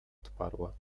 odparła